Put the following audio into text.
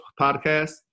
Podcast